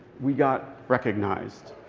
we got recognized.